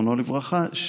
זיכרונו לברכה,